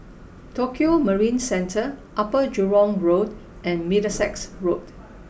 Tokio Marine Centre Upper Jurong Road and Middlesex Road